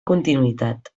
continuïtat